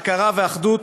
הכרה ואחדות